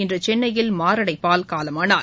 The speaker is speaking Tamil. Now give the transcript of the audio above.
இன்றுசென்னையில் மாரடைப்பால் காலமானார்